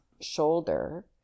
shoulder